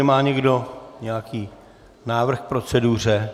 Má někdo nějaký návrh k proceduře?